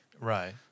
Right